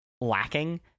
lacking